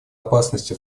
опасности